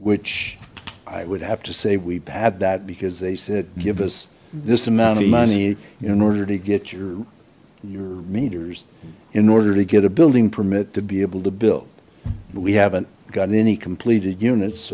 which i would have to say we've had that because they said give us this amount of money in order to get your your meters in order to get a building permit to be able to build we haven't gotten any completed units